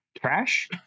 trash